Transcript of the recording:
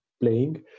playing